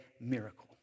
miracle